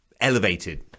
elevated